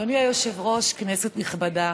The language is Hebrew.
אדוני היושב-ראש, כנסת נכבדה,